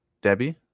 debbie